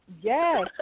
Yes